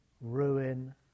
ruin